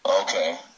Okay